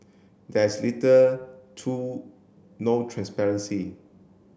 there is little to no transparency